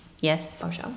yes